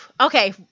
Okay